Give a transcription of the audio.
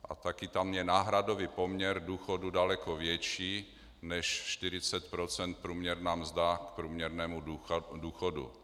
A taky je tam náhradový poměr důchodů daleko větší než 40 % průměrná mzda k průměrnému důchodu.